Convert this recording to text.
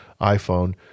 iPhone